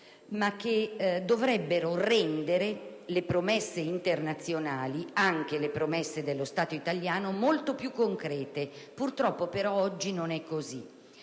e che dovrebbero rendere le promesse internazionali (e anche le promesse dello Stato italiano) molto più concrete. Purtroppo, però, oggi non è così.